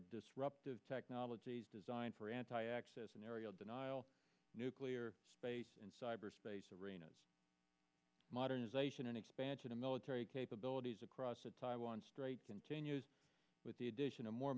disruptive technologies designed for anti access and aerial denial clear space in cyberspace arena modernization and expansion of military capabilities across the taiwan strait continues with the addition of more